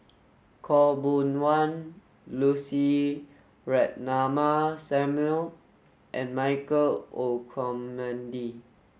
Khaw Boon Wan Lucy Ratnammah Samuel and Michael Olcomendy